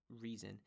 reason